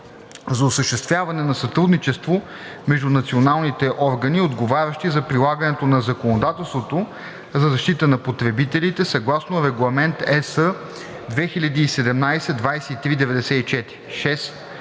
за осъществяване на сътрудничество между националните органи, отговарящи за прилагането на законодателството за защита на потребителите, съгласно Регламент (ЕС) 2017/2394;